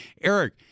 Eric